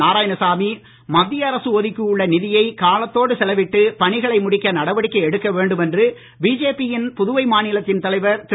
நாராயணசாமி மத்திய அரசு ஒதுக்கி உள்ள நிதியை காலத்தோடு செலவிட்டு பணிகளை முடிக்க நடவடிக்கை எடுக்க வேண்டும் என்று பிஜேபி யின் புதுவை மாநிலத்தலைவர் திரு